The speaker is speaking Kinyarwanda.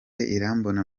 irambona